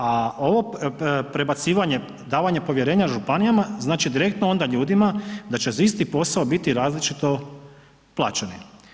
A ovo prebacivanje, davanje povjerenja županijama znači direktno onda ljudima da će za isti posao biti različito plaćeni.